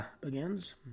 begins